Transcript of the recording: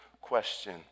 question